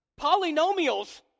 Polynomials